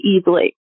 easily